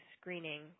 screening